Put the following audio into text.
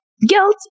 guilt